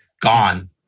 gone